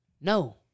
No